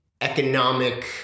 economic